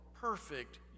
perfect